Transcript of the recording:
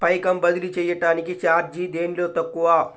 పైకం బదిలీ చెయ్యటానికి చార్జీ దేనిలో తక్కువ?